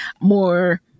more